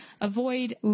avoid